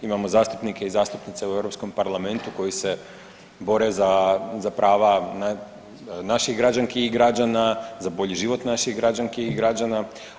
Imamo zastupnike i zastupnice u Europskom parlamentu koji se bore za prava naših građanki i građana, za bolji život naših građanki i građana.